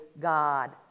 God